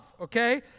okay